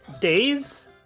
Days